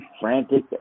frantic